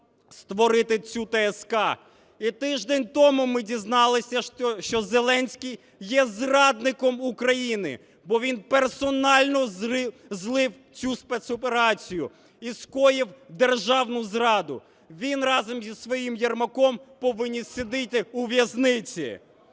створити цю ТСК. І тиждень тому ми дізналися, що Зеленський є зрадником України, бо він персонально злив цю спецоперацію і скоїв державну зраду. Він разом зі своїм Єрмаком повинні сидіти у в'язниці.